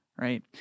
right